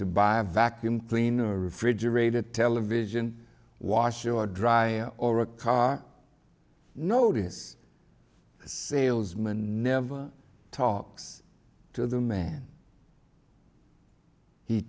to buy a vacuum cleaner refrigerator television washer or dryer or a car notice salesman never talks to the man he